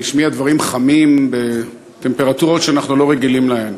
שהשמיע דברים חמים בטמפרטורות שאנחנו לא רגילים להן,